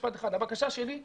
הבקשה שלי היא